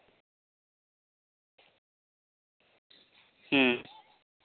ᱦᱩᱸ